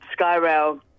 SkyRail